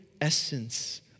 essence